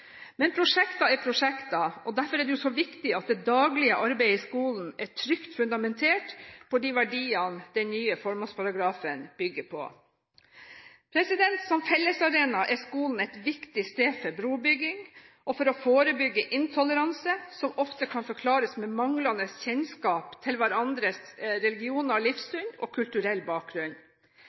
Men prosjekter er prosjekter. Derfor er det så viktig at det daglige arbeidet i skolen er trygt fundamentert på de verdiene den nye formålsparagrafen bygger på. Som fellesarena er skolen et viktig sted for brobygging og for å forebygge intoleranse som ofte kan forklares med manglende kjennskap til hverandres religioner, livssyn og kulturell bakgrunn.